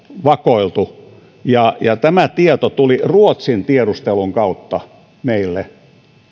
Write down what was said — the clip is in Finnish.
vakoiltu ja ja tämä tieto tuli ruotsin tiedustelun kautta meille